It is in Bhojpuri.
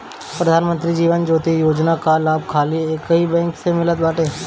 प्रधान मंत्री जीवन ज्योति बीमा योजना कअ लाभ खाली एकही बैंक से मिलत बाटे